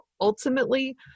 ultimately